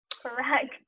Correct